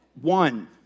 one